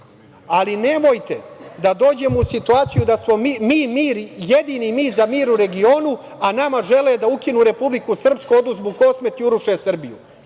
Ali, nemojte da dođemo u situaciju da smo mi jedini mir u regionu, a nama žele da ukinu Republiku Srpsku, oduzmu Kosmet i uruše Srbiju. Mi